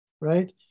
right